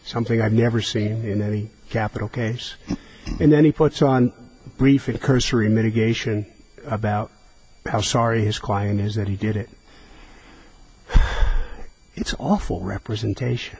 something i've never seen in a capital case and then he puts on a brief a cursory mitigation about how sorry his client is that he did it it's awful representation